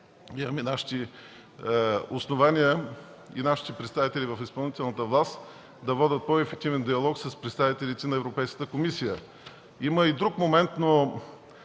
имаме нашите основания и нашите представители в изпълнителната власт да водят по-ефективен диалог с представителите на Европейската комисия. Има и друг момент, който